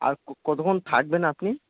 আর কতক্ষণ থাকবেন আপনি